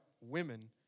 women